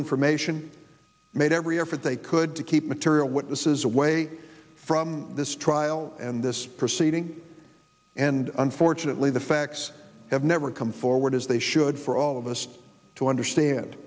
information made every effort they could to keep material witnesses away from this trial and this proceeding and unfortunately the facts have never come forward as they should for all of us to understand